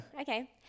Okay